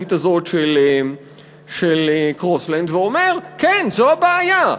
התיאורטית הזאת של קרוסלנד ואומר: כן, זו הבעיה.